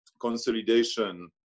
consolidation